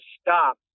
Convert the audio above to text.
stop